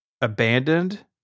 abandoned